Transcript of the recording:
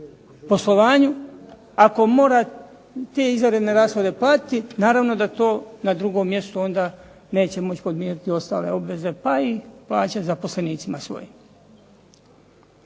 poslovanju ako mora te izvanredne rashode platiti naravno da to onda na drugom mjestu neće moći podmiriti ostale obveze pa i plaće zaposlenicima svojim.